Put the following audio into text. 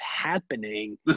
happening